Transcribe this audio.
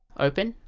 open